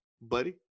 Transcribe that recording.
buddy